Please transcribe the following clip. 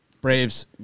Braves